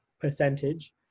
percentage